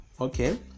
Okay